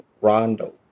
Rondo